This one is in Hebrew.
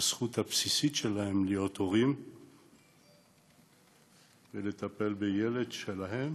מימוש הזכות הבסיסית שלהן להיות הורים ולטפל בילד שלהן,